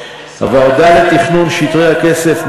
הוועדה לתכנון שטרי כסף,